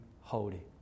holy